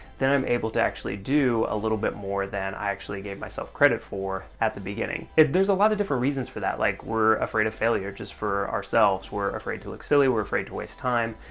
then i'm able to actually do a little bit more than i actually gave myself credit for at the beginning. there's a lot of different reasons for that. like we're afraid of failure, just for ourselves. we're afraid to look silly. we're afraid to waste time.